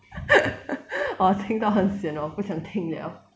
我听到很 sian 我不想听 liao